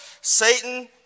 Satan